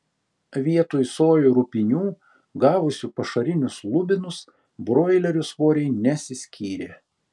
vietoj sojų rupinių gavusių pašarinius lubinus broilerių svoriai nesiskyrė